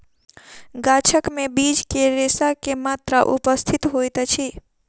गाछक बीज मे रेशा के मात्रा उपस्थित होइत अछि